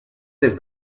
des